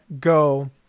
go